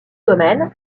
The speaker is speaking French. domaine